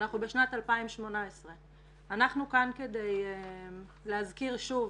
ואנחנו בשנת 2018. אנחנו כאן כדי להזכיר שוב